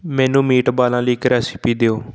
ਮੈਨੂੰ ਮੀਟਬਾਲਾਂ ਲਈ ਇੱਕ ਰੈਸਿਪੀ ਦਿਓ